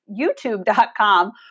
YouTube.com